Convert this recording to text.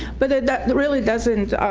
but ah that really doesn't,